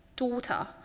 Daughter